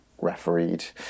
refereed